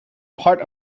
part